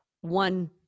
one